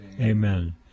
Amen